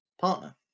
partner